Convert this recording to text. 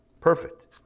Perfect